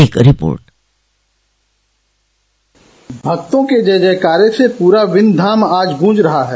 एक रिपोर्ट भक्तों के जयकारों से पूरा विन्ध्य धाम आज गूंज रहा है